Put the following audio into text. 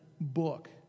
book